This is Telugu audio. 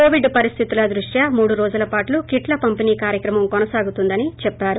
కోవిడ్ పరిస్థితుల దృష్ట్యా మూడు రోజులపాటు కిట్ల పంపిణీ కార్యక్రమం కొనసాగుతుందని చేప్పారు